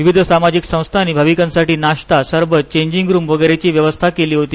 विविध सामाजिक संस्थांनी भाविकांसाठी नाश्ता सरबत चेंजिग रूम वगैरेची व्यवस्था केली होती